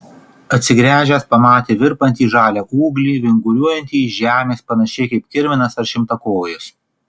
atsigręžęs pamatė virpantį žalią ūglį vinguriuojantį iš žemės panašiai kaip kirminas ar šimtakojis